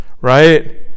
right